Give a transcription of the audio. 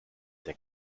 der